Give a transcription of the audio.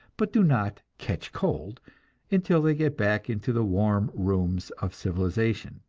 but do not catch cold until they get back into the warm rooms of civilization.